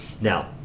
Now